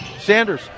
Sanders